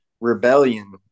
rebellion